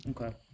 Okay